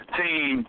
team